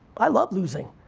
i loved losing,